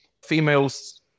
Females